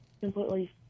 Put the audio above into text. completely